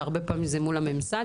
שהרבה פעמים זה מול הממסד,